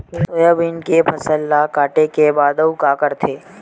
Soybean के फसल ल काटे के बाद आऊ का करथे?